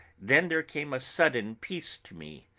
then there came a sudden peace to me.